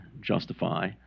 justify